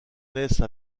naissent